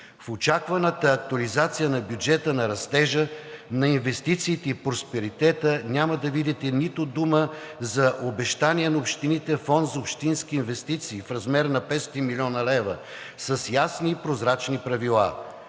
В очакваната актуализация на бюджета на растежа, на инвестициите и просперитета няма да видите нито дума за обещания на общините Фонд за общински инвестиции в размер на 500 млн. лв. с ясни и прозрачни правила.